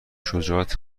شجاعت